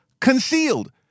concealed